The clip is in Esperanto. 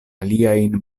aliajn